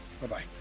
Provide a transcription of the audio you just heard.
Bye-bye